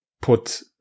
put